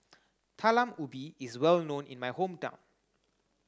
Talam Ubi is well known in my hometown